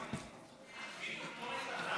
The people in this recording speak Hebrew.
חד-משמעית.